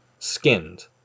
skinned